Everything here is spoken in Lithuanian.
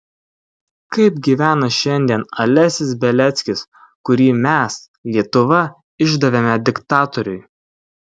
kaip gyvena šiandien alesis beliackis kurį mes lietuva išdavėme diktatoriui